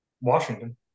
Washington